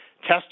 Test